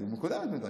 היא מוקדמת מדיי.